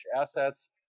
assets